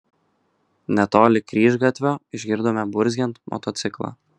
netoli kryžgatvio išgirdome burzgiant motociklą